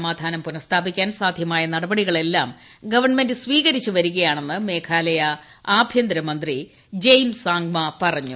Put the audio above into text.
സമാധാനം പുനസ്ഥാപിക്കാൻ സാധ്യമായ നടപടികളെല്ലാം ഗവൺമെന്റ് സ്വീകരിച്ചു വരികയാണെന്ന് മേഘാലയ ആഭൃന്തരമന്ത്രി ജയിംസ് സാംഗ്മ പറഞ്ഞു